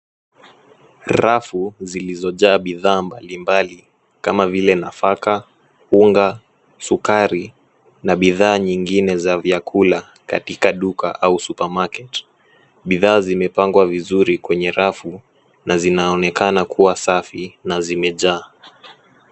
Rafu zilizojaa bidhaa mbalimbali kama vile nafaka, unga, sukari na bidhaa nyingine za vyakula katika duka au supermarket . Bidhaa zimepangwa vizuri kwenye rafu na zinaonekana kuwa safi na zimejaa.